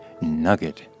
nugget